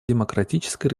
демократической